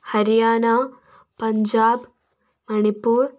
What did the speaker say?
Haryana Punjab Manipur